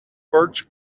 birch